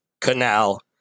canal